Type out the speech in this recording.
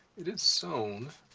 it is sewn.